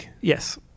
Yes